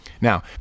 Now